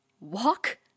Walk